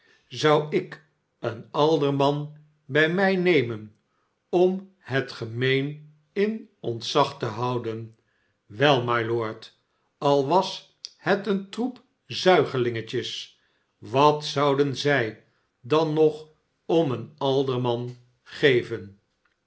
zou ik een alderman bij mij nemen om het gemeen in ontzag te houden wel mylord al was het een troep zuigelingetjes wat zouden zij dan nog om een alderman geven